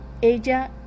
ella